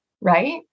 right